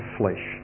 flesh